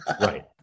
Right